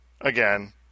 Again